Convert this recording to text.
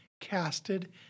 casted